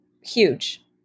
huge